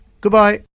goodbye